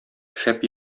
шәп